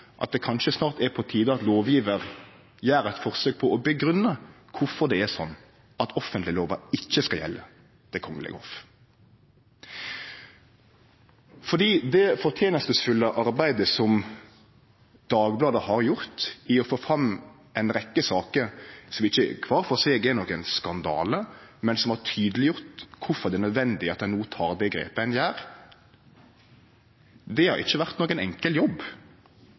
at det kanskje snart er på tide at lovgjevaren gjer eit forsøk på å grunngje kvifor offentleglova ikkje skal gjelde for Det kongelege hoff. Det fortenestefulle arbeidet som Dagbladet har gjort for å få fram ei rekkje saker som kvar for seg ikkje er nokon skandale, men som har tydeleggjort kvifor det er nødvendig at ein no tek det grepet ein tek, har ikkje vore nokon enkel jobb.